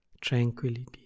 tranquility